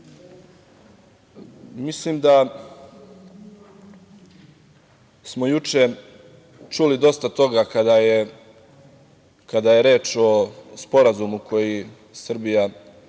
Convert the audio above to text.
vodi. Mislim da smo juče čuli dosta toga kada je reč o Sporazumu koji Srbija potpisuje